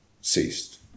ceased